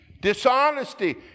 Dishonesty